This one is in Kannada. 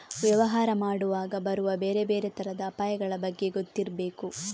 ವ್ಯವಹಾರ ಮಾಡುವಾಗ ಬರುವ ಬೇರೆ ಬೇರೆ ತರದ ಅಪಾಯಗಳ ಬಗ್ಗೆ ಗೊತ್ತಿರ್ಬೇಕು